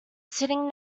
sitting